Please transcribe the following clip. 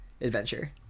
adventure